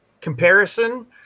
comparison